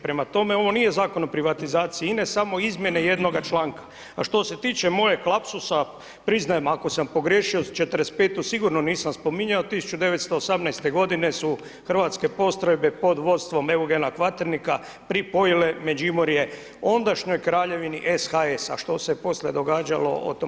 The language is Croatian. Prema tome, ovo nije Zakon o privatizaciji INA-e, samo izmjene jednoga članka, a što se tiče mojeg lapsusa, priznajem ako sam pogrešio, 45.-tu sigurno nisam spominjao, 1918.g. su hrvatske postrojbe pod vodstvom Eugena Kvaternika pripojile Međimurje ondašnjoj Kraljevini SHS, a što se poslije događalo o tom potom.